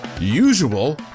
usual